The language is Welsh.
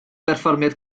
berfformiad